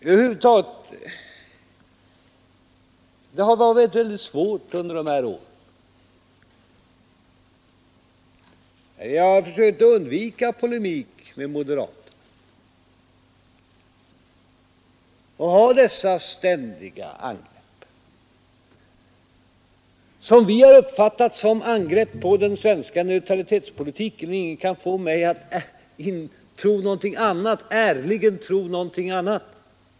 Över huvud taget har det varit väldigt svårt under dessa år jag försökte undvika polemik med moderaterna att ha dessa ständiga angrepp, som vi uppfattat såsom angrepp på den svenska neutralitetspolitiken. Ingen kan få mig att ärligen tro någonting annat.